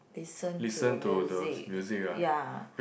listen to music ya